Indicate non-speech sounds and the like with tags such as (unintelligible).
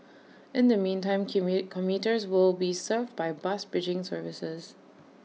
in the meantime (unintelligible) commuters will be served by bus bridging services